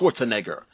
Schwarzenegger